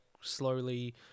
slowly